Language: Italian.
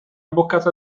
boccata